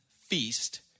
feast